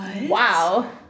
Wow